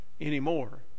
anymore